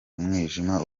umwijima